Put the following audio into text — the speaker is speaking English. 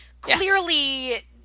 clearly